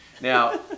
Now